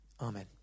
Amen